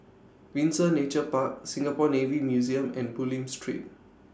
Windsor Nature Park Singapore Navy Museum and Bulim Street